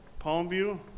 Palmview